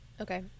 Okay